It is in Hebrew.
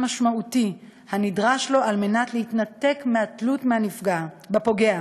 משמעותי הנדרש לו על מנת להתנתק מהתלות בפוגע,